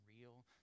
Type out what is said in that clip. real